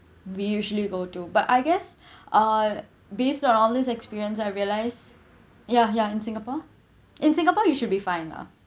we usually go to but I guess uh based on all these experience I realise ya ya in singapore in singapore you should be fine lah